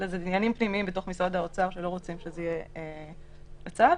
אלא שזה משהו פנימי בתוך משרד האוצר שלא רוצים שזה יהיה בצו,